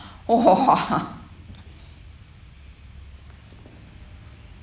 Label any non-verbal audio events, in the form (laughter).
!wah! (laughs)